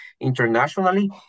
internationally